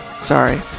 Sorry